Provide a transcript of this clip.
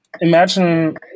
imagine